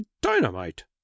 dynamite